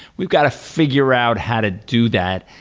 we've got to figure out how to do that,